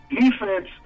defense